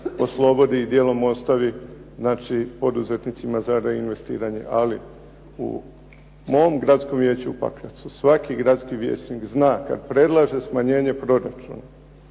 oslobodi i dijelom ostavi znači poduzetnicima za reinvestiranje. Ali, u mom Gradskom vijeću u Pakracu svaki gradski vijećnik zna, kad predlaže smanjenje proračuna